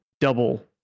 double